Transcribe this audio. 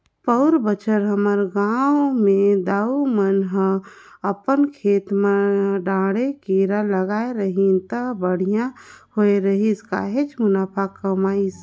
पउर बच्छर हमर गांव के दाऊ मन ह अपन खेत म डांड़े केरा लगाय रहिस त बड़िहा होय रहिस काहेच मुनाफा कमाइस